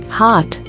hot